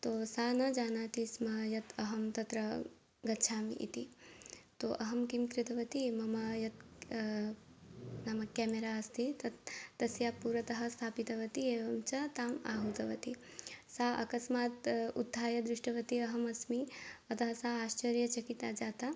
तु सा न जानाति स्म यत् अहं तत्र गच्छामि इति तु अहं किं कृतवती एवं यत् नाम केमरा अस्ति तत् तस्य पुरतः स्थापितवती एवं च ताम् आहूतवती सा अकस्मात् उत्थाय दृष्टवती अहम् अस्मि अतः सा आश्चर्यचकिता जाता